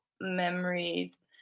memories